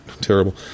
terrible